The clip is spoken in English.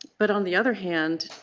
but on the other hand,